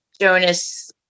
Jonas